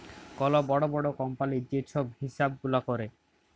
call বড় বড় কম্পালির যে ছব হিছাব গুলা ক্যরে